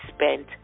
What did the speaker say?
spent